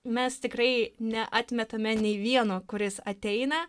mes tikrai neatmetame nei vieno kuris ateina